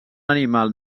animal